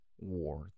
war